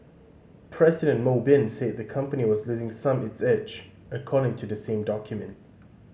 President Mo Bin said the company was losing some its edge according to the same document